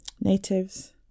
natives